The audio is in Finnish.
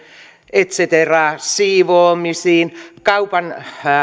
et cetera siivoamisiin kaupan